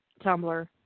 Tumblr